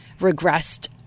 regressed